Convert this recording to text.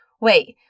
wait